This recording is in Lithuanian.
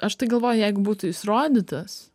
aš tai galvoju jeigu būtų jis rodytas